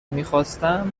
میخواستم